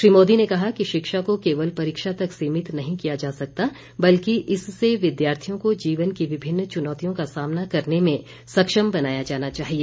श्री मोदी ने कहा कि शिक्षा को केवल परीक्षा तक सीमित नहीं किया जा सकता बल्कि इससे विद्यार्थियों को जीवन की विभिन्न चुनौतियों का सामना करने में सक्षम बनाया जाना चाहिए